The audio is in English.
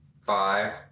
five